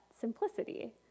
simplicity